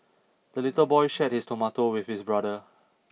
the little boy shared his tomato with his brother